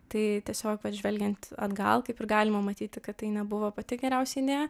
tai tiesiog vat žvelgiant atgal kaip ir galima matyti kad tai nebuvo pati geriausia idėja